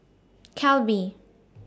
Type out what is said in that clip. Calbee